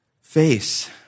face